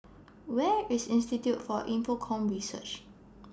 Where IS Institute For Infocomm Research